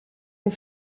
ont